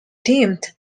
deemed